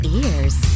ears